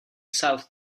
south